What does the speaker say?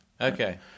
Okay